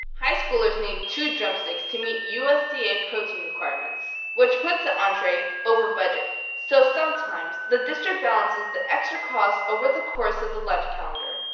high-schoolers need two drumsticks to meet usda protein requirements, which puts the entree over budget so sometimes the district balances the extra cost over the course of the lunch calendar,